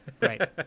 Right